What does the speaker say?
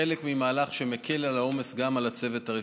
כחלק ממהלך שמקל גם על של העומס הצוות הרפואי.